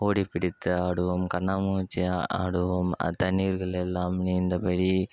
ஓடிப் பிடித்து ஆடுவோம் கண்ணாமூச்சி ஆடுவோம் அத்தண்ணீரில் எல்லாம் நீந்தியபடி